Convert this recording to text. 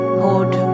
hold